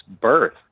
birth